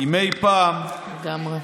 אי פעם, לגמרי.